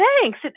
thanks